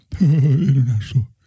International